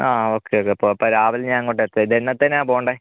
ആ okay okay അപ്പോൾ അപ്പോൾ രാവിലെ ഞാൻ അങ്ങോട്ടെത്താം ഇതെന്നത്തേക്കാണ് പോവേണ്ടത്